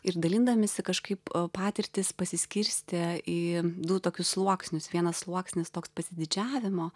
ir dalindamiesi kažkaip patirtys pasiskirstė į du tokius sluoksnius vienas sluoksnis toks pasididžiavimo